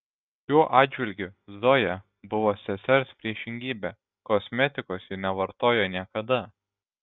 šiuo atžvilgiu zoja buvo sesers priešingybė kosmetikos ji nevartojo niekada